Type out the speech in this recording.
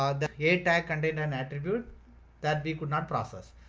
um the a tag contain an attribute that we could not process,